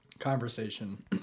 conversation